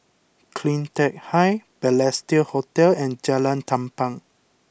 Cleantech Height Balestier Hotel and Jalan Tampang